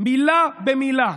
מילה במילה,